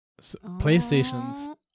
Playstations